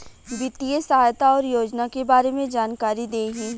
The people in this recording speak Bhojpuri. वित्तीय सहायता और योजना के बारे में जानकारी देही?